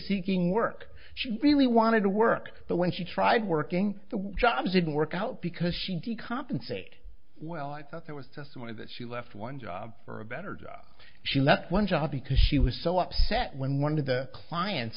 seeking work she really wanted to work but when she tried working the job didn't work out because she didn't compensate well i thought that was testimony that she left one job for a better job she left one job because she was so upset when one of the clients